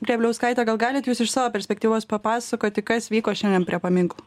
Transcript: grėbliauskaite gal galit jūs iš savo perspektyvos papasakoti kas vyko šiandien prie paminklo